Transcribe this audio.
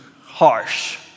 harsh